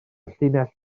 llinell